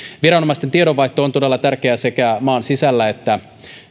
viranomaisten tiedonvaihto on todella tärkeää sekä maan sisällä että